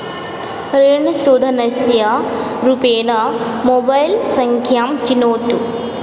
ऋणशोधनस्य रूपेन मोबैल् सङ्ख्यां चिनोतु